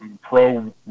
pro